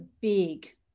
big